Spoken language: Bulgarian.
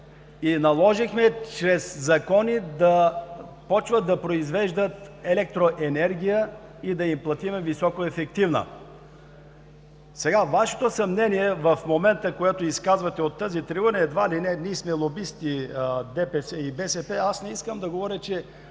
и наложихме чрез закони да започват да произвеждат електроенергия и да им я платим високоефективна. Вашето съмнение в момента, което изказвате от тази трибуна, е едва ли не, че ние сме лобисти – ДПС и БСП, аз не искам да говоря, че